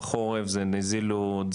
בחורף זה נזילות,